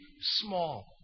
small